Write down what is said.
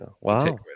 Wow